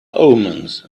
omens